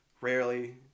rarely